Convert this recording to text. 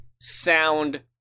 sound